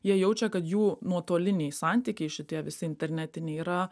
jie jaučia kad jų nuotoliniai santykiai šitie visi internetiniai yra